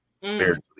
spiritually